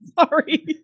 Sorry